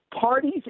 parties